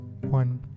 one